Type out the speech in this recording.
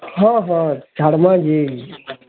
ହଁ ହଁ ଛାଡ଼୍ମା ଯେ